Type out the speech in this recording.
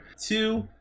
Two